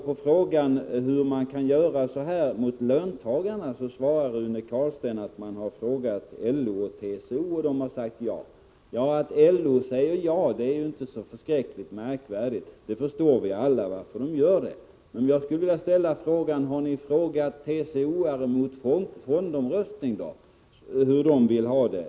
På frågan om hur man kan göra så här mot löntagarna svarar Rune Carlstein att LO och TCO har fått yttra sig över förslaget och har sagt ja. Att LO säger ja är inte så märkvärdigt — vi förstår alla varför LO gör det. Men har ni frågat TCO-are mot fonder?